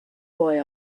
boy